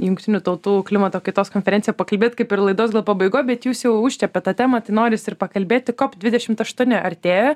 jungtinių tautų klimato kaitos konferenciją pakalbėt kaip ir laidos gal pabaigoj bet jūs jau užčiuopėt tą temą tai norisi ir pakalbėti kop dvidešimt aštuoni artėja